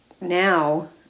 now